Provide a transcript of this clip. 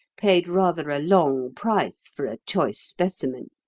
paid rather a long price for a choice specimen.